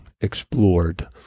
explored